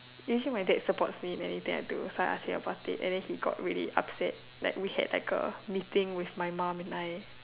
usually my dad supports me in anything I do so I asked him about it then he got really upset like we had like a meeting with my mom and I